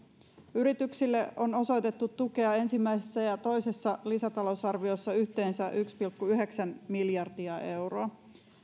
yrityksille on osoitettu tukea ensimmäisessä ja toisessa lisätalousarviossa yhteensä yksi pilkku yhdeksän miljardia euroa